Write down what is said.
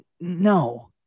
No